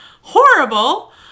horrible